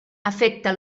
afecta